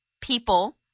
people